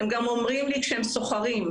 הם גם אומרים לי שהם סוחרים.